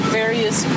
various